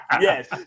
Yes